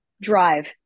Drive